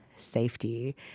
safety